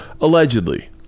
Allegedly